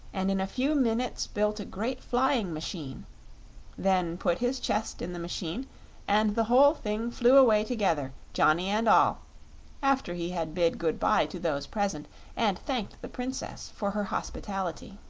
and in a few minutes built a great flying machine then put his chest in the machine and the whole thing flew away together johnny and all after he had bid good-bye to those present and thanked the princess for her hospitality.